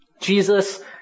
Jesus